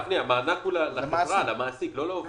גפני, המענק הוא לחברה, למעסיק, לא לעובד.